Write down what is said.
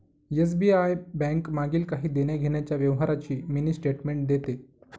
SBI bank मागील काही देण्याघेण्याच्या व्यवहारांची मिनी स्टेटमेंट देते